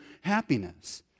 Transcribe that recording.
happiness